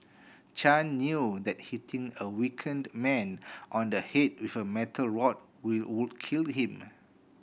Chan knew that hitting a weakened man on the head with a metal rod would kill him